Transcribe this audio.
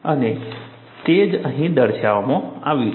અને તે જ અહીં દર્શાવવામાં આવ્યું છે